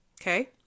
Okay